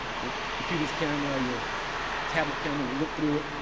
the computer's camera, your tablet camera will look through it,